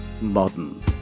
modern